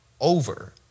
over